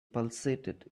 pulsated